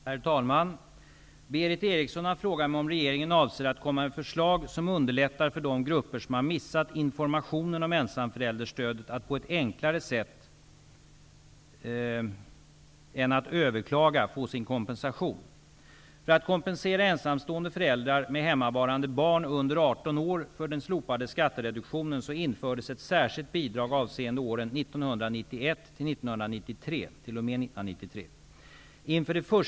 Herr talman! Berith Eriksson har frågat mig om regeringen avser att komma med förslag som underlättar för de grupper som har missat informationen om ensamförälderstödet att på ett enklare sätt än att överklaga få sin kompensation.